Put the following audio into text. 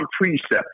precept